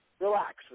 relax